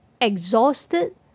exhausted